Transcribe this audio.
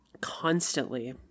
constantly